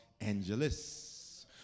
Angeles